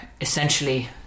essentially